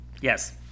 Yes